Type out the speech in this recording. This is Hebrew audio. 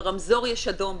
ברמזור יש אדום,